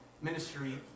ministry